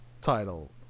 title